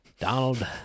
Donald